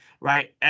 right